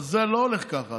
אבל זה לא הולך ככה.